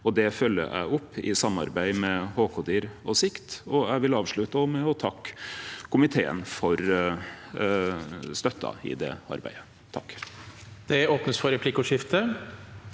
Dette følgjer eg opp i samarbeid med HK-dir og Sikt. Eg vil avslutte med å takke komiteen for støtta i det arbeidet.